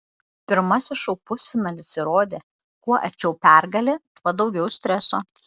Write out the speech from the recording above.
pirmasis šou pusfinalis įrodė kuo arčiau pergalė tuo daugiau streso